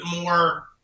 more